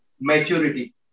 maturity